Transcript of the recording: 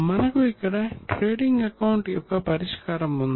మనకు ఇక్కడ trading account యొక్క పరిష్కారం ఉంది